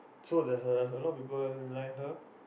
so there have a lot of people like her